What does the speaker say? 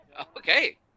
Okay